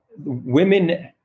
women